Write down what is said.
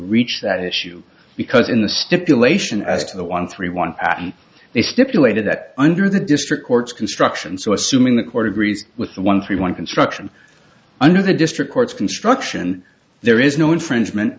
reach that issue because in the stipulation as to the one three one patent they stipulated that under the district court's construction so assuming the court agrees with the one three one construction under the district court's construction there is no infringement